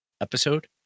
episode